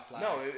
No